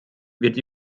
wird